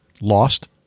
Lost